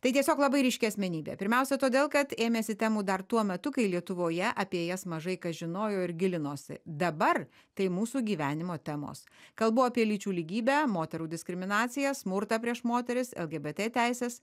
tai tiesiog labai ryški asmenybė pirmiausia todėl kad ėmėsi temų dar tuo metu kai lietuvoje apie jas mažai kas žinojo ir gilinosi dabar tai mūsų gyvenimo temos kalbu apie lyčių lygybę moterų diskriminaciją smurtą prieš moteris lgbt teises